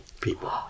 people